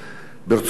כבוד השר,